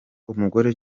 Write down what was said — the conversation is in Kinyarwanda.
umugore